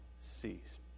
cease